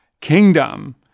Kingdom